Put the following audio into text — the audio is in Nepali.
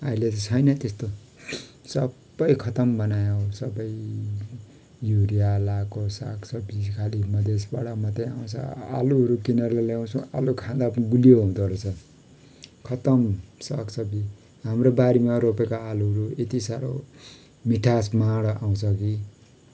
अहिले त छैन त्यस्तो सबै खत्तम बनायो सबै युरिया लाको साग सब्जी खालि मधेसबाड मात्तै आउँछ आलुहरू किनेर ल्याउछौँ आलु खाँदा पनि गुलियो हुँदोरहेछ खत्तम साग सब्जी हाम्रो बारीमा रोपेको आलुहरू यति साह्रो मिठास माड आउँछ कि